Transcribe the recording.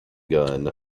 gun